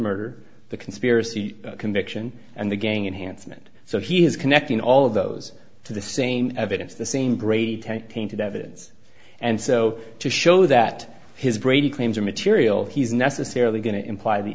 murder the conspiracy conviction and the gang and handsome and so he is connecting all of those to the same evidence the same grade ten painted evidence and so to show that his brady claims are material he's necessarily going to imply the